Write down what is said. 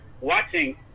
watching